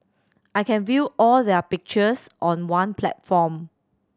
I can view all their pictures on one platform